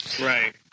right